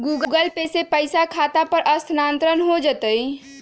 Google Pay से पईसा खाता पर स्थानानंतर हो जतई?